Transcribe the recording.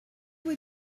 were